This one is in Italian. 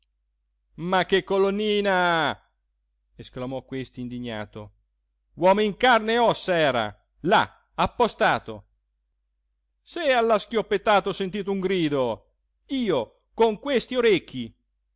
ma che colonnina esclamò questi indignato uomo in carne e ossa era là appostato se alla schioppettata ho sentito un grido io con questi orecchi